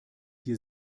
hier